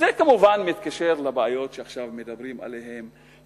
זה כמובן מתקשר לבעיות שעכשיו מדברים עליהן,